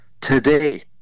today